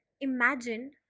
Imagine